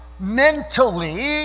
mentally